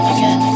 Again